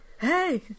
Hey